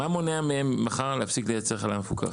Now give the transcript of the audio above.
מה מונע מהם מחר להפסיק לייצר חלב מפוקח?